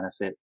benefit